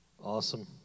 Awesome